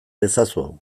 ezazu